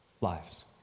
lives